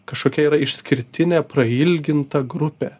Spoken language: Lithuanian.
kažkokia išskirtinė prailginta grupė